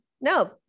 No